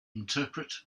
interpret